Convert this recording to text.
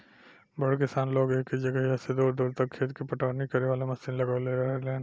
बड़ किसान लोग एके जगहिया से दूर दूर तक खेत के पटवनी करे वाला मशीन लगवले रहेलन